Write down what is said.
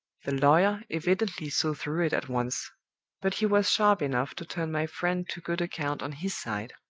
the lawyer evidently saw through it at once but he was sharp enough to turn my friend to good account on his side.